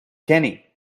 kenny